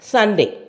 Sunday